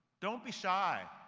don't be shy.